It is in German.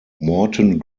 morton